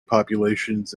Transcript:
populations